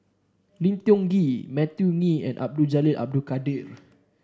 Lim Tiong Ghee Matthew Ngui and Abdul Jalil Abdul Kadir